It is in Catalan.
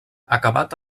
acabat